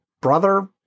brother